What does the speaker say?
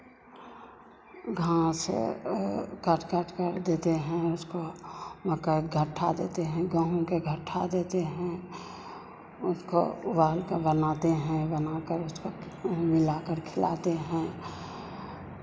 घास काट काटकर देते हैं उसको मकई का घट्ठा देते हैं गेहूँ का घट्ठा देते हैं उसको उबाल के बनाते हैं बनाकर उसको मिलाकर खिलाते हैं